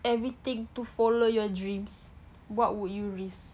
everything to follow your dreams what would you risk